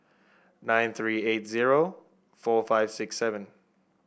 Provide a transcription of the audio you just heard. nine three eight zero four five six seven